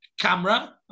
camera